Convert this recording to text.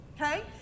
Okay